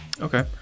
okay